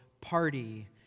party